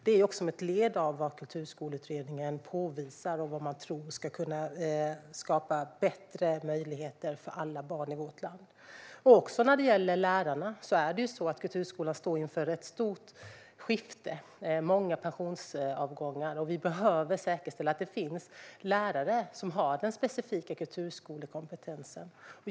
Det görs ett led av vad Kulturskoleutredningen påvisar och vad man tror ska kunna skapa bättre möjligheter för alla barn i vårt land. Också när det gäller lärarna är det ju så att kulturskolan står inför ett stort skifte med många pensionsavgångar. Vi behöver säkerställa att det finns lärare som har den specifika kulturskolekompetensen.